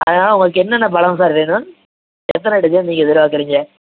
அதனால் உங்களுக்கு என்னென்ன பழம் சார் வேணும் எத்தனை டஜன் நீங்கள் எதிர்பார்க்கறீங்க